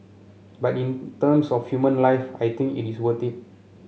but in terms of human life I think it is worth it